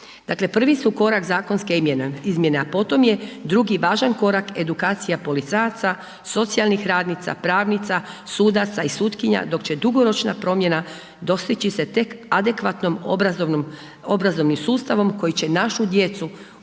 prvi su korak zakonske izmjene, a potom je drugi važan korak edukacija policajaca, socijalnih radnica, pravnica, sudaca i sutkinja, dok će dugoročna promjena dostići se tek adekvatnom obrazovnim sustavom koji će našu djecu učiti